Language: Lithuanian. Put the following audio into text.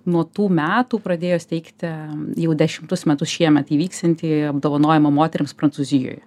nuo tų metų pradėjo steigti jau dešimtus metus šiemet įvyksiantį apdovanojimą moterims prancūzijoje